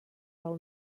del